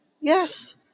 Yes